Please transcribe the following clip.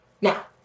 Now